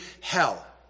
hell